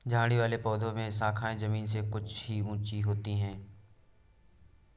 झाड़ी वाले पौधों में शाखाएँ जमीन से कुछ ही ऊँची होती है